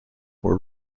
were